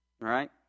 right